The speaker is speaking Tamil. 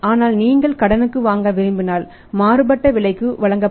ஆனால் நீங்கள் கடனுக்கு வாங்க விரும்பினால் மாறுபட்ட விலைக்கு வழங்கப்படும்